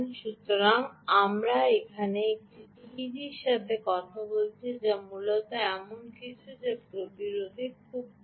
সুতরাং আমরা এখানে যে টিইজিটির সাথে কথা বলছি তা হল মূলত এমন কিছু যা প্রতিরোধের খুব কম